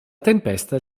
tempesta